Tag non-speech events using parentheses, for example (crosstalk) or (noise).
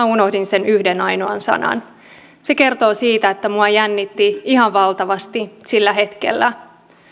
(unintelligible) unohdin sen yhden ainoan sanan se kertoo siitä että minua jännitti ihan valtavasti sillä hetkellä